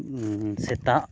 ᱥᱮᱛᱟᱜ